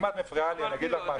אם את מפריעה לי אני אגיד לך משהו.